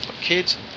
kids